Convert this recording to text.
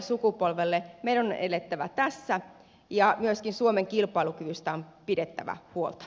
meidän on elettävä tässä ja myöskin suomen kilpailukyvystä on pidettävä huolta